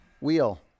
Wheel